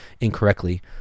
incorrectly